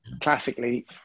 classically